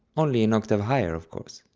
only an octave higher of course.